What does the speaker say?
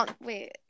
Wait